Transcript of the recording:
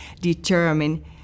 determine